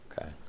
Okay